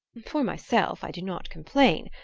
for myself i do not complain.